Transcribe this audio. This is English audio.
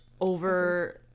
over